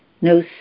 no